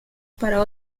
para